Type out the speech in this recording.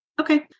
Okay